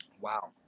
wow